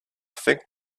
think